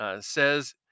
says